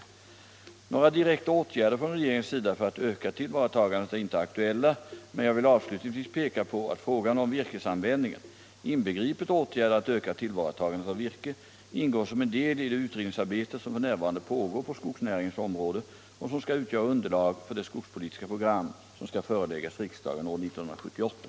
— tagande av Några direkta åtgärder från regeringens sida för att öka tillvaratagandet — skogsråvara är inte aktuella, men jag vill avslutningsvis peka på att frågan om virkesanvändningen, inbegripet åtgärder att öka tillvaratagandet av virke, ingår som en del i det utredningsarbete som f. n. pågår på skogsnäringens område och som skall utgöra underlag för det skogspolitiska program som skall föreläggas riksdagen år 1978.